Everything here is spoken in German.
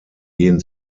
gehen